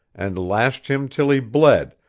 and lashed him till he bled,